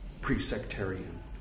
pre-sectarian